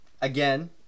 Again